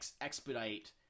expedite